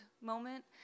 moment